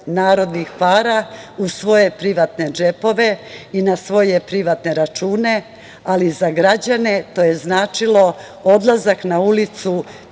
narodnih para u svoje privatne džepove i na svoje privatne račune, ali za građane to je značilo odlazak na ulicu